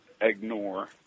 ignore